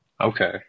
Okay